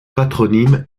patronyme